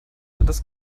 das